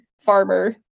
farmer